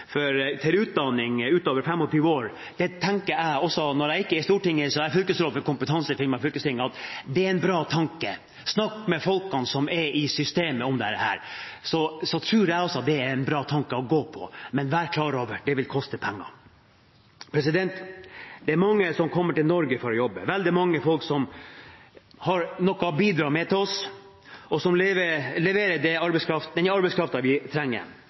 i Stortinget, er jeg fylkesråd for kompetanse i Finnmark fylkesting, og jeg tenker også at dette er en bra tanke. Snakk med folkene som er i systemet om det. Men vær klar over: Det vil koste penger. Det er mange som kommer til Norge for å jobbe – veldig mange folk som har noe å bidra med for oss, og som leverer den arbeidskraften vi trenger. Men dessverre: Mange utnyttes under elendige forhold. De får elendig, skammelig lønn. I rike Norge er det dessverre mange som utnytter dem. Derfor må vi